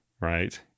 right